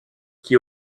qui